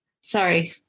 Sorry